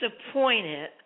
disappointed